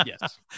yes